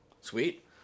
Sweet